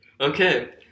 Okay